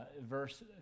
verse